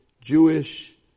Jewish